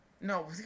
No